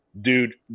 dude